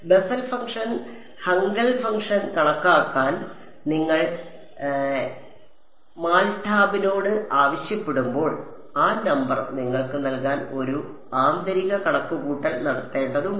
Bessel function Hankel function കണക്കാക്കാൻ നിങ്ങൾ MATLAB നോട് ആവശ്യപ്പെടുമ്പോൾ ആ നമ്പർ നിങ്ങൾക്ക് നൽകാൻ അത് ഒരു ആന്തരിക കണക്കുകൂട്ടൽ നടത്തേണ്ടതുണ്ട്